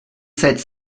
sept